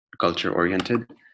culture-oriented